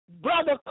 Brother